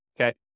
okay